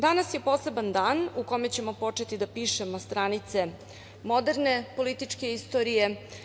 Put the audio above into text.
Danas je poseban dan u kome ćemo početi da pišemo stranice moderne političke istorije.